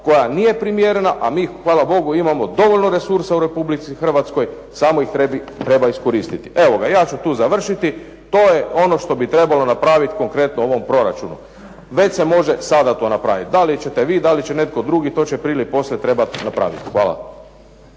koja nije primjerena a mi hvala Bogu imamo dovoljno resursa u Republici Hrvatskoj samo ih treba iskoristiti. Evo, ja ću tu završiti. To je ono što bi trebalo napraviti konkretno u ovom proračunu. Već se može sada to napraviti. Da li ćete vi, da li će netko drugi to će prije ili poslije trebati napraviti. Hvala.